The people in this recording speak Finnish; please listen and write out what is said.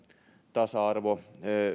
tasa arvo